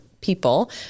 people